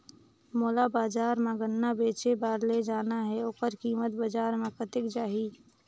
मोला बजार मां गन्ना बेचे बार ले जाना हे ओकर कीमत बजार मां कतेक जाही?